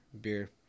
beer